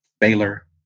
Baylor